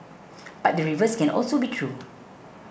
but the reverse can also be true